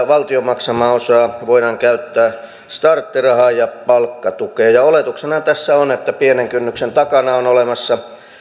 valtion maksamaa osaa voidaan käyttää starttirahaan ja palkkatukeen oletuksenahan tässä on että pienen kynnyksen takana on olemassa